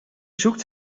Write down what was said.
zoekt